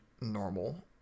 normal